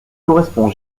correspond